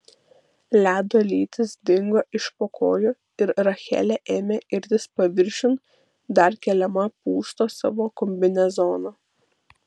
ledo lytis dingo iš po kojų ir rachelė ėmė irtis paviršiun dar keliama pūsto savo kombinezono